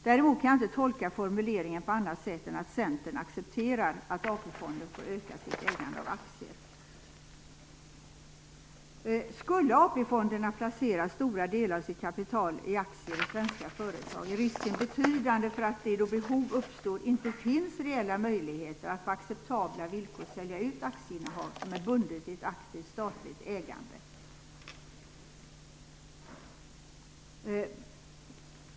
Däremot kan jag inte tolka formuleringen på annat sätt än att Centern har accepterat att AP-fonden får öka sitt ägande av aktier. Skulle AP-fonderna placera stora delar av sitt kapital i aktier i svenska företag, är risken betydande för att det, då behov uppstår, inte finns reella möjligheter att på acceptabla villkor sälja ut aktieinnehav som är bundet i ett aktivt statligt ägande.